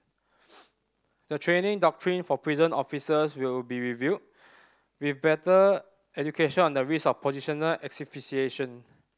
the training doctrine for prison officers will be reviewed with better education on the risk of positional asphyxiation